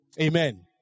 Amen